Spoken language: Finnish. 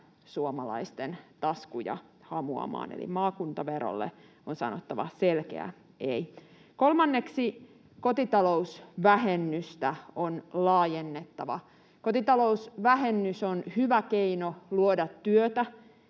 suomalaisten taskuja hamuamaan. Eli maakuntaverolle on sanottava selkeä ”ei”. Kolmanneksi kotitalousvähennystä on laajennettava. Kotitalousvähennys on hyvä keino luoda työtä,